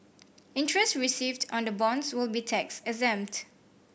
interest received on the bonds will be tax exempt